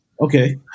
Okay